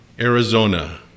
Arizona